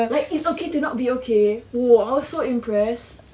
like it's okay to not be okay !wah! I was so impress